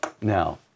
Now